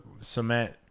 cement